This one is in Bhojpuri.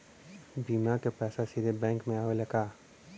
बीमा क पैसा सीधे बैंक में आवेला का?